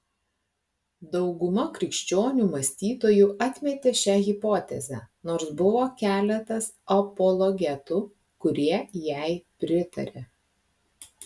dauguma krikščionių mąstytojų atmetė šią hipotezę nors buvo keletas apologetų kurie jai pritarė